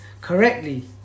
correctly